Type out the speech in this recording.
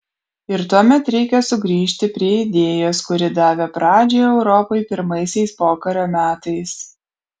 ir tuomet reikia sugrįžti prie idėjos kuri davė pradžią europai pirmaisiais pokario metais